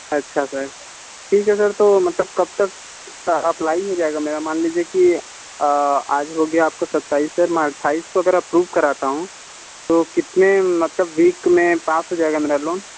अच्छा सर ठीक है सर तो मतलब कब तक अप्लाई हो जाएगा मेरा मान लीजिए कि आज हो गया आपका सत्ताईस सर मैं अट्ठाइस को अगर अप्रूव कराता हूँ तो कितने मतलब वीक में पास हो जाएगा मेरा लोन